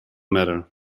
matter